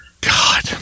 God